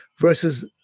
versus